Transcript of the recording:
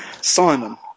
Simon